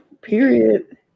period